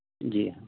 जी